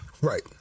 Right